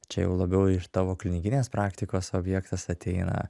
čia jau labiau iš tavo klinikinės praktikos objektas ateina